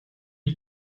you